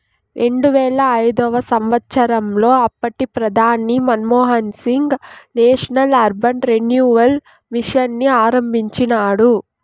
రెండువేల ఐదవ సంవచ్చరంలో అప్పటి ప్రధాని Manmohan Singh National Urban Renewal Mission ని ఆరంభించినాడు